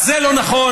אז זה לא נכון,